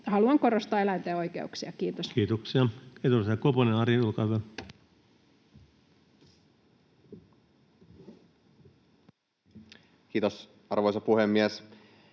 haluan korostaa eläinten oikeuksia. — Kiitos. Kiitoksia. — Edustaja Koponen, Ari, olkaa hyvä. Kiitos, arvoisa puhemies!